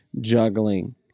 juggling